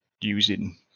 using